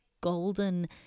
golden